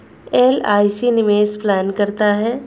LIC निवेश plan क्या है?